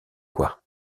quoi